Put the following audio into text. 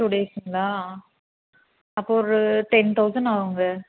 two டேஸ்ங்களா அப்போ ஒரு டென் தௌசண்ட் ஆகும்ங்க